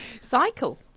Cycle